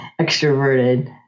extroverted